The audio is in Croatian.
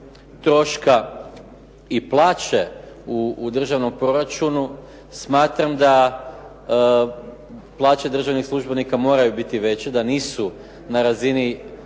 troška i plaće u državnom proračunu smatram da plaće državnih službenika moraju biti veće, da nisu na razini